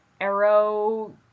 arrow